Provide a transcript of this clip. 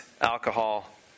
alcohol